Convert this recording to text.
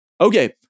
Okay